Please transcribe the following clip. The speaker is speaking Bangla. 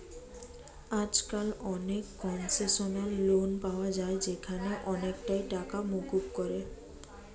আজকাল অনেক কোনসেশনাল লোন পায়া যায় যেখানে অনেকটা টাকাই মুকুব করে